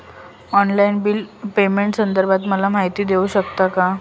Online bill पेमेंटसंदर्भात मला माहिती देऊ शकतात का?